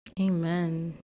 Amen